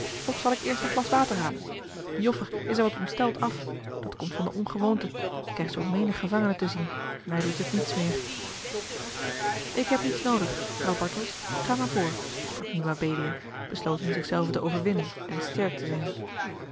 of zal ik eerst een glas water halen de joffer is er wat ontsteld af dat komt van de ongewoonte ik krijg zoo menig gevangene te zien mij doet het niets meer ik heb niets noodig vrouw bartels ga maar voor sprak nu mabelia besloten zich zelve te overwinnen en sterk te zijn